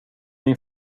min